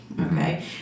okay